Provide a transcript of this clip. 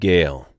Gale